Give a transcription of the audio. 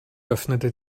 öffnete